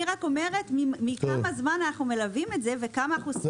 אני רק אומרת כמה זמן אנחנו מלווים את זה וכמה אנחנו מברכים.